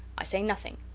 i say nothing.